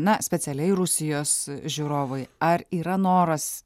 na specialiai rusijos žiūrovui ar yra noras